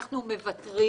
אנחנו מוותרים